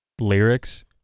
Lyrics